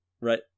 Right